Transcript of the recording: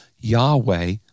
Yahweh